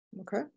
okay